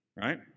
right